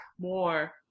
more